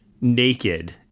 naked